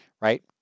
right